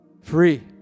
Free